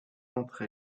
entre